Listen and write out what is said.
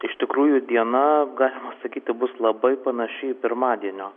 iš tikrųjų diena galima sakyti bus labai panaši į pirmadienio